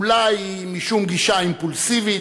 "אולי משום גישה אימפולסיבית,